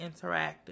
interactive